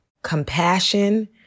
compassion